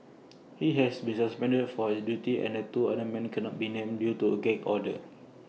he has been suspended from his duties and the two men cannot be named due to A gag order